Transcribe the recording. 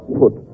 put